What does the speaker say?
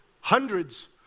Hundreds